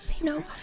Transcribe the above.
no